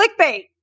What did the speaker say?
clickbait